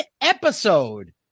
episode